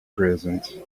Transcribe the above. present